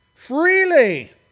Freely